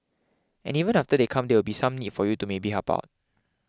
and even after they come there will be some need for you to maybe help out